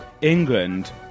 England